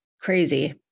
crazy